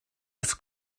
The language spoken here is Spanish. las